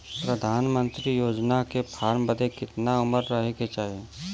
प्रधानमंत्री योजना के फॉर्म भरे बदे कितना उमर रहे के चाही?